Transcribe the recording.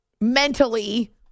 mentally